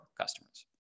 customers